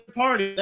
party